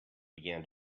began